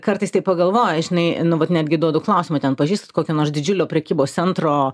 kartais taip pagalvoji žinai nu vat netgi duodu klausimą ten pažįstat kokio nors didžiulio prekybos centro